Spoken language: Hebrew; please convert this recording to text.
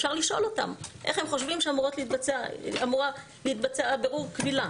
אפשר לשאול אותם איך הם חושבים שאמור להתבצע בירור קבילה.